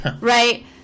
Right